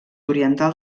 oriental